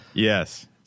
Yes